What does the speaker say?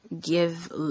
Give